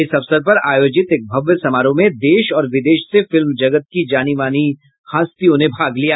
इस अवसर पर आयोजित एक भव्य समारोह में देश और विदेश से फिल्म जगत की जानी मानी हस्तियों ने भाग लिया